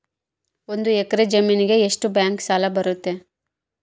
ಒಂದು ಎಕರೆ ಜಮೇನಿಗೆ ಎಷ್ಟು ಬ್ಯಾಂಕ್ ಸಾಲ ಬರ್ತೈತೆ?